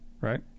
Right